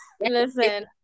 Listen